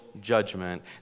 judgment